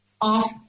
off